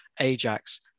Ajax